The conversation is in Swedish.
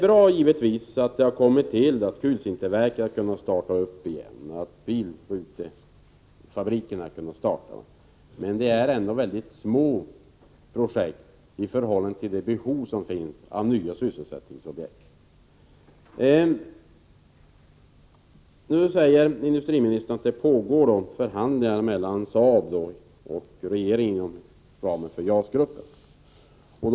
Naturligtvis är det bra att kulsinterverket har kunnat starta upp igen och att bilrutefabriken har kunnat börja sin verksamhet. Men det är ändå väldigt små projekt i förhållande till det behov av nya sysselsättningsobjekt som finns. Industriministern säger att det pågår förhandlingar mellan Saab och regeringen inom ramen för JAS-gruppens arbete.